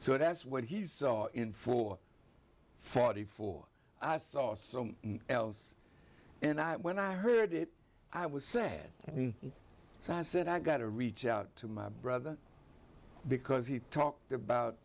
so that's what he saw in four forty four i saw some else and i when i heard it i was sad and so i said i got to reach out to my brother because he talked about